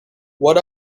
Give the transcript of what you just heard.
what